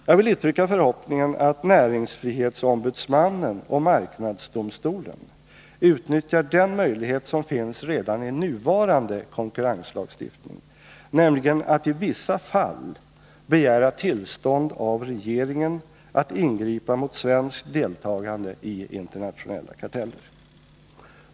Jag vill uttrycka förhoppningen att näringsfrihetsombudsmannen och marknadsdomstolen utnyttjar den möjlighet som finns redan i nuvarande konkurrenslagstiftning, nämligen att i vissa fall begära tillstånd av regeringen att ingripa mot svenskt deltagande i internationella karteller.